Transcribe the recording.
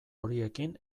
horirekin